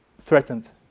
threatened